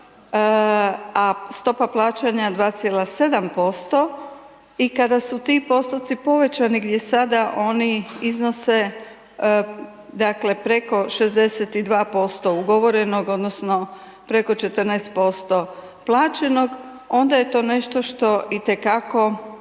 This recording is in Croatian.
a stopa plaćanja 2,7% i kada su ti postupci povećani gdje sada oni iznose dakle preko 62% ugovorenog odnosno preko 14% plaćenog, onda je to nešto što itekako